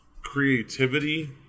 creativity